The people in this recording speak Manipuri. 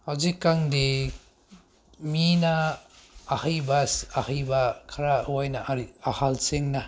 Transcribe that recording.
ꯍꯧꯖꯤꯛꯀꯥꯟꯗꯤ ꯃꯤꯅ ꯑꯍꯩꯕ ꯑꯍꯩꯕ ꯈꯔ ꯑꯣꯏꯅ ꯀꯔꯤ ꯑꯍꯜꯁꯤꯡꯅ